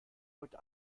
heute